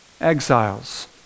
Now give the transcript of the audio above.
Exiles